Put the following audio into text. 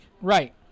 Right